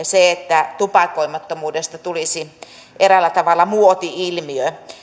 se että tupakoimattomuudesta tulisi eräällä tavalla muoti ilmiö